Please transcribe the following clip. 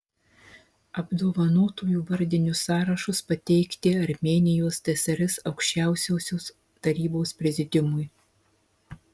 apdovanotųjų vardinius sąrašus pateikti armėnijos tsr aukščiausiosios tarybos prezidiumui